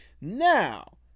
Now